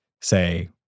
say